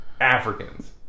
Africans